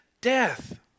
death